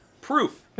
Proof